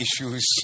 issues